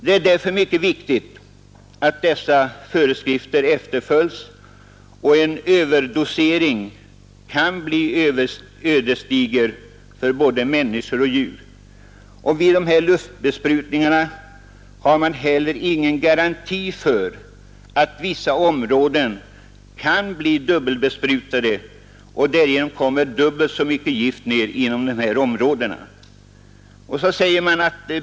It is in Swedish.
Det är därför mycket viktigt att dessa föreskrifter efterföljs. En överdosering kan bli ödesdiger för både människor och djur. Vid dessa luftbesprutningar har man heller ingen garanti för att vissa områden inte blir dubbelbesprutade och därigenom dubbelt så mycket gift kommer ner inom dessa områden.